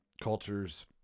cultures